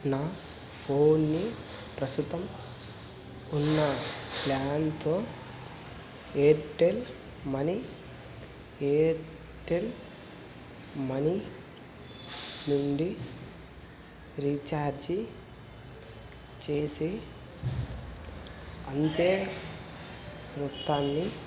నా ఫోన్ని ప్రస్తుతం ఉన్న ప్లాన్తో ఎయిర్టెల్ మనీ ఎయిర్టెల్ మనీ నుండి రీఛార్జి చేసి అంతే మొత్తాన్ని